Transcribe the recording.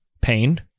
pain